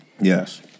Yes